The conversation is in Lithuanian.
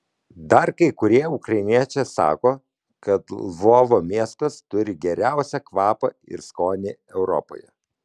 dar kai kurie ukrainiečiai sako kad lvovo miestas turi geriausią kvapą ir skonį europoje